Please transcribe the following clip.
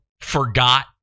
forgot